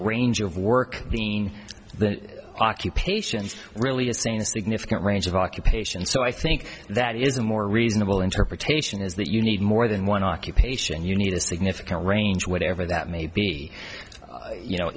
range of work the occupations really is saying a significant range of occupation so i think that is a more reasonable interpretation is that you need more than one occupation you need a significant range whatever that may be you know